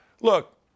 Look